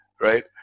right